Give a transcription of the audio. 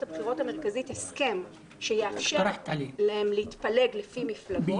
הבחירות המרכזית הסכם שיאפשר להן להתפלג לפי מפלגות